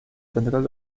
tendrá